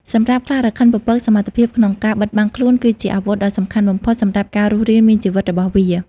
សម្រាប់ខ្លារខិនពពក សមត្ថភាពក្នុងការបិទបាំងខ្លួន គឺជាអាវុធដ៏សំខាន់បំផុតសម្រាប់ការរស់រានមានជីវិតរបស់វា។